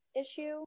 issue